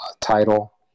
title